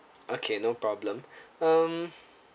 okay no problem um